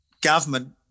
government